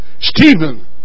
Stephen